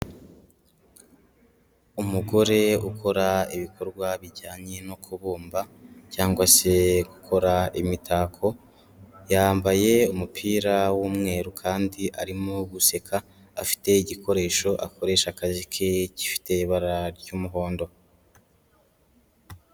Umugore ukora ibikorwa bijyanye no kubumba, cyangwa se gukora imitako, yambaye umupira w'umweru kandi arimo guseka, afite igikoresho akoresha akazi ke gifite ibara ry'umuhondo.